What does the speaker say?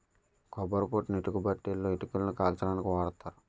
కొబ్బరి పొట్టుని ఇటుకబట్టీలలో ఇటుకలని కాల్చడానికి వాడతారు